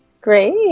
Great